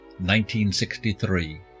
1963